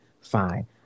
fine